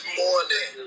morning